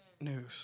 news